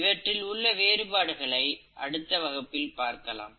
இவற்றிற்கு உள்ள வேறுபாடுகளை அடுத்த வகுப்பில் பார்க்கலாம்